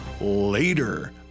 later